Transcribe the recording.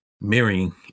marrying